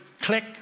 click